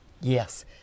Yes